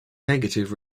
negative